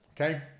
okay